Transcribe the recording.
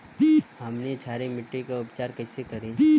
हमनी क्षारीय मिट्टी क उपचार कइसे करी?